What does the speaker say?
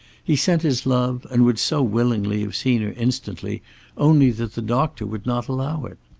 he sent his love, and would so willingly have seen her instantly only that the doctor would not allow it.